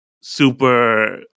super